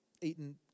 eaten